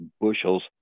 bushels